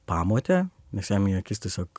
pamotė nes jam į akis tiesiog